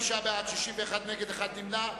35 בעד, 61 נגד ונמנע אחד.